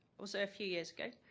also a few years ago.